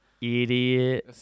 idiot